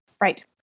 Right